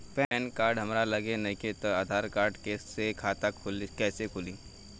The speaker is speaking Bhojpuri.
पैन कार्ड हमरा लगे नईखे त आधार कार्ड से खाता कैसे खुली?